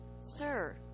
Sir